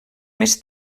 més